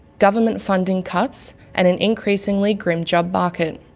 government funding cuts, and an increasingly grim job market.